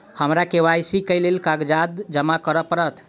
हमरा के.वाई.सी केँ लेल केँ कागज जमा करऽ पड़त?